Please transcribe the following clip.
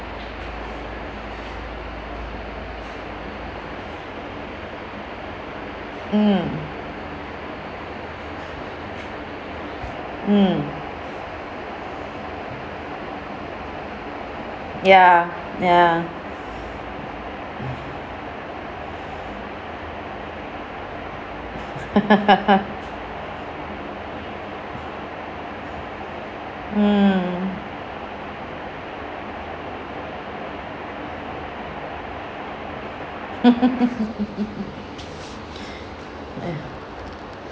mm mm ya ya mm !aiya!